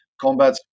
combat